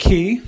Key